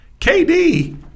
KD